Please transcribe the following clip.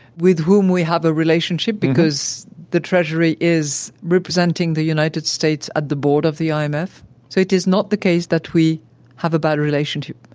with whom we have a relationship because the treasury is representing the united states at the board of the um imf so it is not the case that we have a bad relationship.